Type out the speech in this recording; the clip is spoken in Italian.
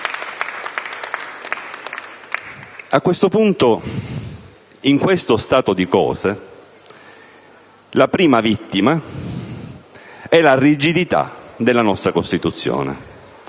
A questo punto, in questo stato di cose, la prima vittima è la rigidità della nostra Costituzione,